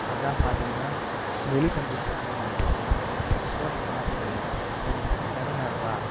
அதுதான் பார்த்தீங்கன்னா வெளி கண்ட்ரிஸ்லாம் என்ன பண்ணுறாங்கன்னா ஃபோர்ஸ் பண்ணுறதே இல்லை இப்போ இவனுக்கு இந்த தெறமை இருக்கா